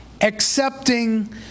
Accepting